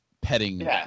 petting